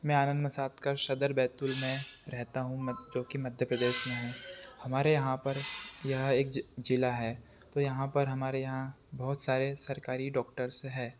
मैं आनंद मसादकर सदर बैतूल में रहता हूँ मद जो कि मध्य प्रदेश में है हमारे यहाँ पर यह एक जिला है तो यहाँ पर हमारे यहाँ बहुत सारे सरकारी डॉक्टर्स हैं